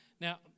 Now